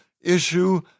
issue